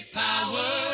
power